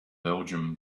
belgium